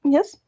Yes